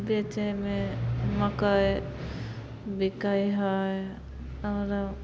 बेचेमे मकइ बिकाइ हइ आओरो